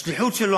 השליחות שלו,